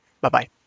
bye-bye